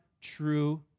true